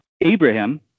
Abraham